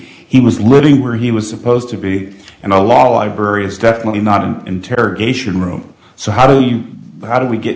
he was living where he was supposed to be and the law library is definitely not an interrogation room so how do you how do we get